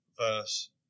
verse